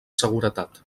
seguretat